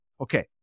Okay